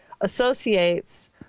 associates